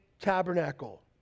tabernacle